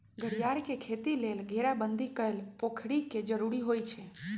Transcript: घरियार के खेती लेल घेराबंदी कएल पोखरि के जरूरी होइ छै